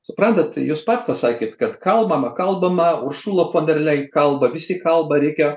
suprantat jūs pats pasakėt kad kalbama kalbama uršula fonderleit kalba visi kalba reikia